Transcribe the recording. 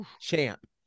champ